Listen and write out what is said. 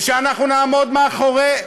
ושאנחנו נעמוד מאחורי,